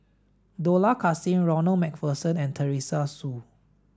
Dollah Kassim Ronald MacPherson and Teresa Hsu